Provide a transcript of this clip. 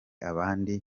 abandi